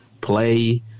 play